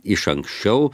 iš anksčiau